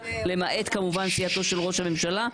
למעט כמובן סיעתו של ראש הממשלה,